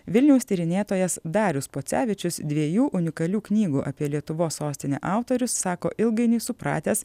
vilniaus tyrinėtojas darius pocevičius dviejų unikalių knygų apie lietuvos sostinę autorius sako ilgainiui supratęs